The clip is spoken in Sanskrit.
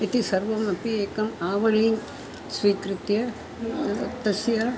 इति सर्वमपि एकम् आवलिः स्वीकृत्य तस्य